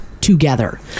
together